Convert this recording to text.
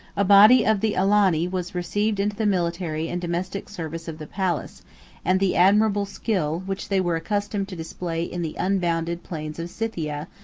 a body of the alani was received into the military and domestic service of the palace and the admirable skill, which they were accustomed to display in the unbounded plains of scythia,